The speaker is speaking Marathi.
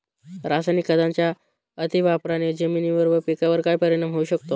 रासायनिक खतांच्या अतिवापराने जमिनीवर व पिकावर काय परिणाम होऊ शकतो?